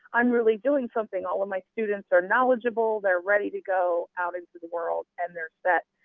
i'm really doing something, all of my students are knowledgeable, they're ready to go out into the world and they're set.